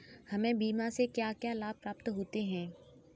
हमें बीमा से क्या क्या लाभ प्राप्त होते हैं?